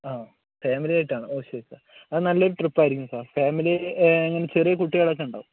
ആ ഫാമിലിയായിട്ടാണ് ഓ ശരി സാർ അത് നല്ല ഒരു ട്രിപ്പ് ആയിരിക്കും സർ ഫാമിലിയിൽ എങ്ങനെ ചെറിയ കുട്ടികളൊക്കെ ഉണ്ടോ